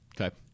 Okay